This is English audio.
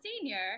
senior